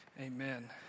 Amen